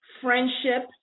Friendship